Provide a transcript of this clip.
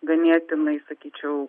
ganėtinai sakyčiau